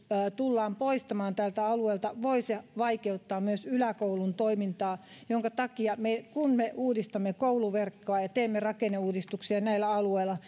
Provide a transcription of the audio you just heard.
tullaan poistamaan tältä alueelta voi se vaikeuttaa myös yläkoulun toimintaa minkä takia meidän pitää kun me uudistamme kouluverkkoa ja teemme rakenneuudistuksia näillä alueilla